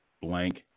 Blank